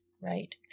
Right